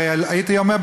הרי הייתי אומר,